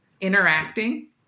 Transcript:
interacting